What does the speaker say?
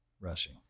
rushing